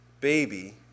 baby